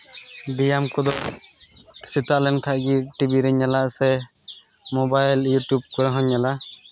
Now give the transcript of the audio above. ᱵᱮᱭᱟᱢ ᱠᱚᱫᱚ ᱥᱮᱛᱟᱜ ᱞᱮᱱ ᱠᱷᱟᱡ ᱜᱮ ᱴᱤᱵᱷᱤ ᱨᱮᱧ ᱧᱮᱞᱟ ᱥᱮ ᱢᱳᱵᱟᱭᱤᱞ ᱤᱭᱩᱴᱩᱵᱽ ᱠᱚᱨᱮ ᱦᱚᱸᱧ ᱧᱮᱞᱟ